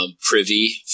Privy